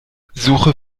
suche